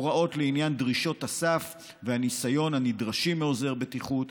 הוראות לעניין דרישות הסף והניסיון הנדרשים מעוזר בטיחות,